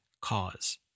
cause